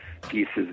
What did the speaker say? pieces